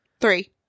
three